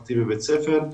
סוכרתי בבית הספר.